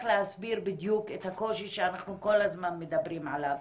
להסביר בדיוק את הקושי שאנחנו כל הזמן מדברים עליו,